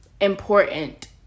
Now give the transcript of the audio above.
important